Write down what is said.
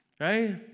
right